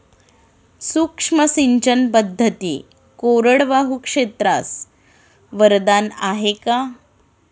सूक्ष्म सिंचन पद्धती कोरडवाहू क्षेत्रास वरदान आहे का?